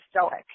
stoic